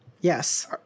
Yes